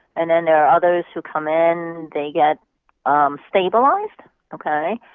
and then there are others who come in, they get um stabilized ok?